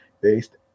based